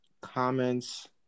comments